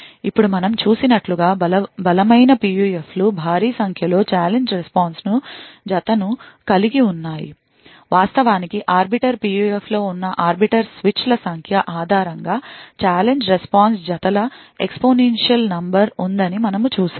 ఇప్పుడు మనం చూసినట్లుగా బలమైన PUF లు భారీ సంఖ్యలో ఛాలెంజ్ రెస్పాన్స్ జతలను కలిగి ఉన్నాయి వాస్తవానికి ఆర్బిటర్ PUF లో ఉన్న ఆర్బిటర్ స్విచ్ల సంఖ్య ఆధారంగా ఛాలెంజ్ రెస్పాన్స్ జతల exponential number ఉందని మనము చూశాము